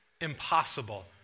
impossible